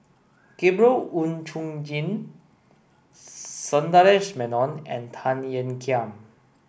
Gabriel Oon Chong Jin Sundaresh Menon and Tan Ean Kiam